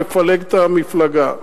מפלג את המפלגה.